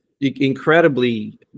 incredibly